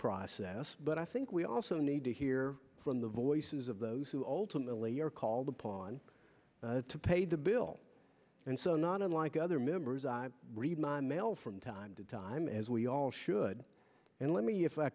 process but i think we also need to hear from the voices of those who ultimately are called upon to pay the bill and so not unlike other members i read my mail from time to time as we all should and let me if i